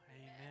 Amen